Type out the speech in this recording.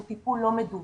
זה טיפול לא מדווח,